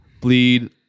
bleed